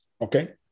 Okay